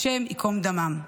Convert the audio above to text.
השם ייקום דמם,